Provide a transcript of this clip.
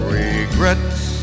regrets